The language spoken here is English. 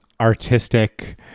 artistic